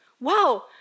Wow